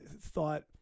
thought